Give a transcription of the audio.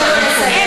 בואו ניתן לו לסיים.